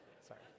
Sorry